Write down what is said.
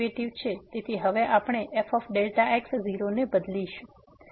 તેથી હવે આપણે fx0 ને બદલીશું